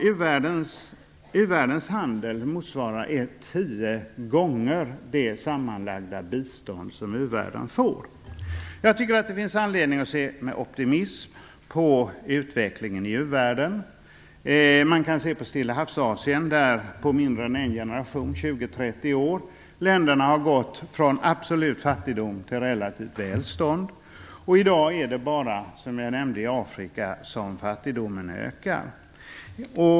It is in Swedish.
U-världens handel motsvarar tio gånger det sammanlagda bistånd som u-världen får. Jag tycker att det finns anledning att se med optimism på utvecklingen i u-världen. Man kan se på Stillahavsasien, där länderna på mindre än en generation, 20-30 år, har gått från absolut fattigdom till relativt välstånd. I dag är det bara, som jag nämnde, i Afrika som fattigdomen ökar.